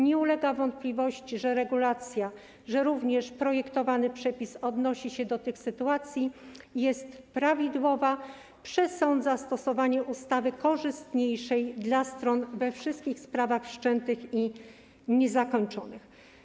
Nie ulega wątpliwości, że regulacja, że projektowany przepis odnosi się również do tych sytuacji, jest prawidłowa, przesądza stosowanie ustawy korzystniejszej dla stron we wszystkich sprawach wszczętych i niezakończonych.